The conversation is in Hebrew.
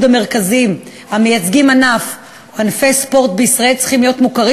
המרכזים והמייצגים ענף או ענפי ספורט בישראל צריכים להיות מוכרים